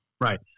Right